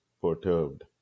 perturbed